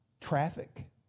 traffic